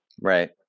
right